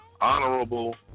honorable